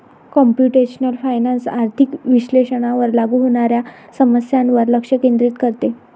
computational finance आर्थिक विश्लेषणावर लागू होणाऱ्या समस्यांवर लक्ष केंद्रित करते